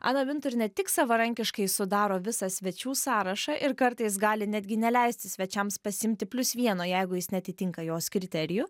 ana vintur ne tik savarankiškai sudaro visą svečių sąrašą ir kartais gali netgi neleisti svečiams pasiimti plius vieno jeigu jis neatitinka jos kriterijų